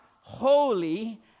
holy